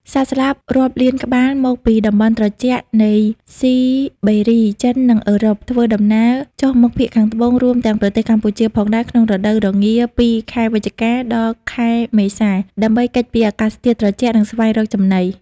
សត្វស្លាបរាប់លានក្បាលមកពីតំបន់ត្រជាក់នៃស៊ីបេរី ចិន និងអឺរ៉ុប ធ្វើដំណើរចុះមកភាគខាងត្បូង រួមទាំងប្រទេសកម្ពុជាផងដែរ ក្នុងរដូវរងាពី ខែវិច្ឆិកា ដល់ ខែមេសា ដើម្បីគេចពីអាកាសធាតុត្រជាក់ និងស្វែងរកចំណី។